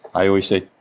i always say,